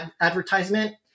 advertisement